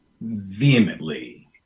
vehemently